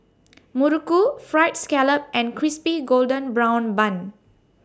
Muruku Fried Scallop and Crispy Golden Brown Bun